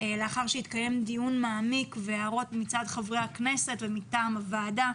לאחר שהתקיים דיון מעמיק והועלו הערות מצד חברי הכנסת ומטעם הוועדה.